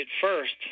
first—